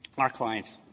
our clients,